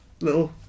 little